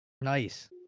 Nice